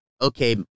okay